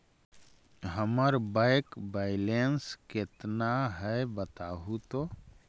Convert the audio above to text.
हमर bank balance केतना है बताहु तो?